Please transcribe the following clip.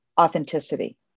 authenticity